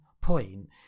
point